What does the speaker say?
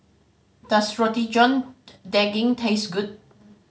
does Roti John Daging taste good